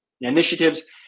initiatives